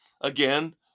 again